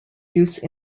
use